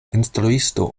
instruisto